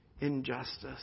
injustice